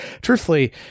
truthfully